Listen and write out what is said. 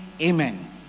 Amen